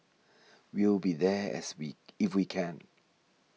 we'll be there as we if we can